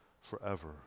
forever